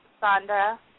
Sandra